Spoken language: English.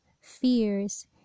fears